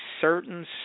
certain